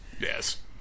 yes